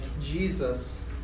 Jesus